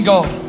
God